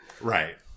Right